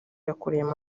yakoreyemo